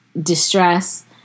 distress